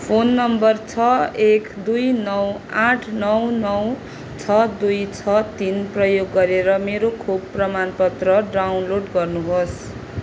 phone number छ एक दुई नौ आठ नौ नौ छ दुई छ तिन प्रयोग गरेर मेरो खोप प्रमाणपत्र डाउनलोड गर्नुहोस्